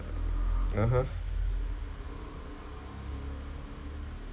uh !huh!